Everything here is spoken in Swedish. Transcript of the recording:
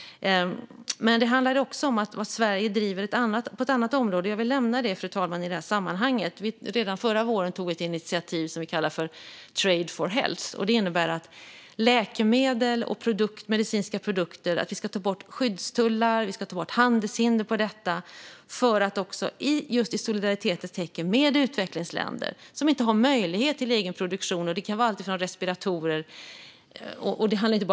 Fru talman! Jag vill i det här sammanhanget nämna vad Sverige driver på ett annat område. Vi tog redan förra våren ett initiativ som vi kallar för Trade for Health. Det innebär att vi ska ta bort skyddstullar och handelshinder för läkemedel och medicinska produkter. Det är för att vi i solidaritetens tecken ska kunna förse utvecklingsländer som inte har möjlighet till en egen produktion med varor. Det kan till exempel handla om respiratorer och inte bara om vaccin.